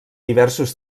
diversos